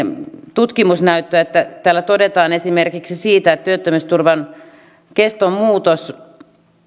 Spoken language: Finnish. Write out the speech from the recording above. tutkimusnäyttöä täällä todetaan esimerkiksi siitä että työttömyysturvan keston muutos